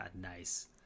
Nice